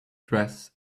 dress